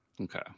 Okay